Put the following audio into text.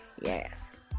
Yes